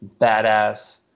badass